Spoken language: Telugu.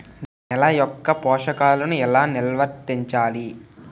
నెల యెక్క పోషకాలను ఎలా నిల్వర్తించాలి